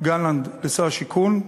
גלנט לשר השיכון,